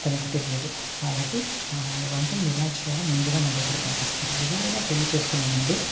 తనకు తెలియదు కాబట్టి ఆ వంటలు ఎలా చేయాలో ముందుగా నా దగ్గరికి పంపిస్తారు ఎవరైనా పెళ్ళి చేసుకునే ముందు